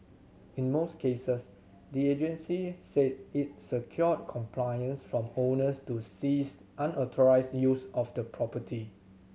in most cases the agency said it secured compliance from owners to cease unauthorised use of the property